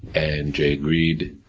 and jay agreed,